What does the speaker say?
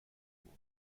بود